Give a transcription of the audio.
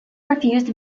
refused